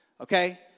Okay